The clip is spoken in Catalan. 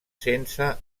sense